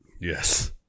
Yes